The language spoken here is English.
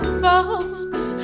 folks